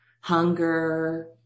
hunger